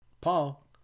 Paul